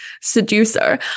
seducer